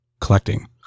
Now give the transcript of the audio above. collecting